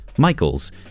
Michaels